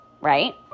Right